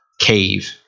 cave